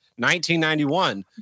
1991